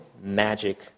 magic